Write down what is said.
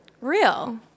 real